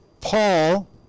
Paul